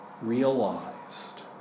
realized